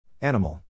Animal